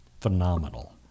phenomenal